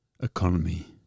economy